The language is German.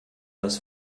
das